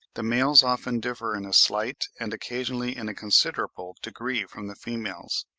the males often differ in a slight, and occasionally in a considerable degree from the females.